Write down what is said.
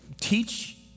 teach